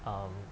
um